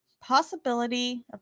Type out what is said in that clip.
possibility